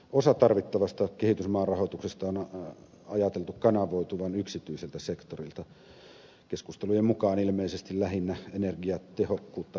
osan tarvittavasta kehitysmaarahoituksesta on ajateltu kanavoituvan yksityiseltä sektorilta keskustelujen mukaan ilmeisesti lähinnä energiatehokkuutta lisäävien investointien kautta